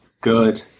Good